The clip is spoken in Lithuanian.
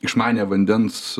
išmanią vandens